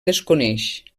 desconeix